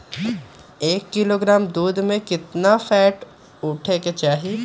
एक किलोग्राम दूध में केतना फैट उठे के चाही?